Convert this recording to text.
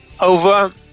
over